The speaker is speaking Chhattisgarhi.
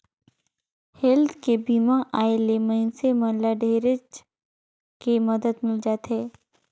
हेल्थ के बीमा आय ले मइनसे मन ल ढेरेच के मदद मिल जाथे